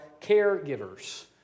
caregivers